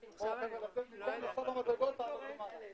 קודם כל אף אחד לא נפגע והבנתי שהאירוע תחת שליטה ולכן גם חזרנו.